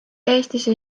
eestisse